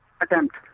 attempt